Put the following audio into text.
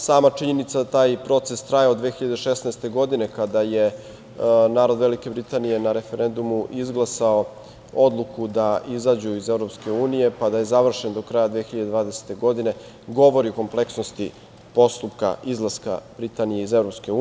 Sama činjenica da taj proces traje od 2016. godine kada je narod Velike Britanije na referendumu izglasao odluku da izađu iz EU, pa da je završen do kraja 2020. godine, govori o kompleksnosti postupka izlaska Britanije iz EU.